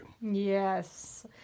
Yes